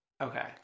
Okay